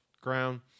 ground